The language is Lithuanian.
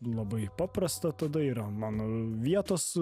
labai paprasta tada yra mano vietos